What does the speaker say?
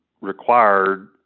required